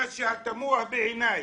מה שתמוה בעיניי,